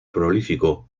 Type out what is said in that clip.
prolífico